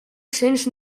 cents